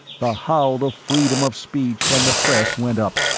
the howl of freedom of speech and the press went up,